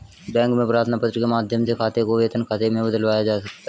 bank में प्रार्थना पत्र के माध्यम से खाते को वेतन खाते में बदलवाया जा सकता है